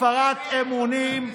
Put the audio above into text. חבר הכנסת לוי, למה אתה לא, הפרת אמונים,